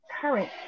current